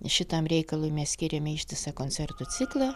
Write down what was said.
šitam reikalui mes skiriame ištisą koncertų ciklą